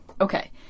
Okay